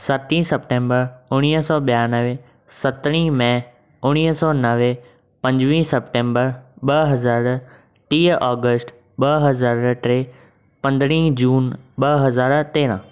सतीं सपटेम्बर उणवीह सौ ॿियानवे सतरिहीं मइ उणवीह सौ नवे पंजवीह सपटेम्बर ॿ हज़ार टीह ओगस्ट ॿ हज़ार टे पंद्रहीं जून ॿ हज़ार तेरहं